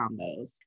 Combos